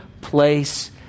place